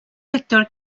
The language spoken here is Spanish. lector